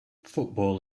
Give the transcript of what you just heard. football